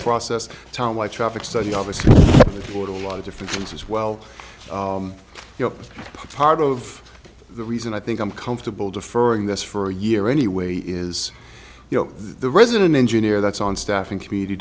process town light traffic study obviously for a lot of different things as well you know part of the reason i think i'm comfortable deferring this for a year anyway is you know the resident engineer that's on staff and community